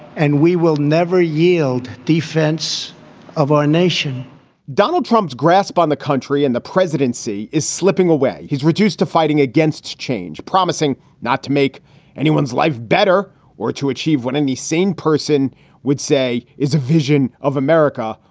and we will never yield defense of our nation donald trump's grasp on the country and the presidency is slipping away. he's reduced to fighting against change, promising not to make anyone's life better or to achieve what any sane person would say is a vision of america.